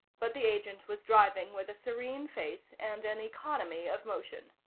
but the agent was driving with a serene face and an economy of motion.